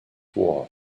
war